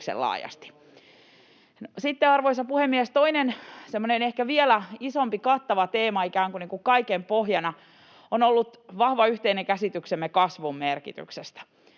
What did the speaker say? Sitten, arvoisa puhemies, toinen semmoinen ehkä vielä isompi kattava teema ikään kuin kaiken pohjana on ollut vahva yhteinen käsityksemme kasvun merkityksestä.